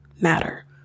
matter